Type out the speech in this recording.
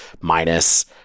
minus